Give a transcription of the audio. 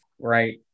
right